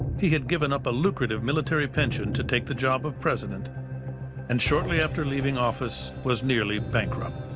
he had given up a lucrative military pension to take the job of president and, shortly after leaving office, was nearly bankrupt.